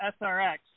SRX